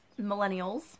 millennials